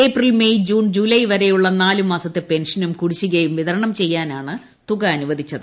April May June July വരെയുള്ള നാലുമാസത്തെ പെൻഷനും കുടുശ്ശികയും വിതരണം ചെയ്യാനാണ് തുക അനുവദിച്ചത്